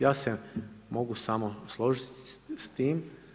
Ja se mogu samo složiti s tim.